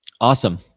Awesome